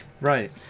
Right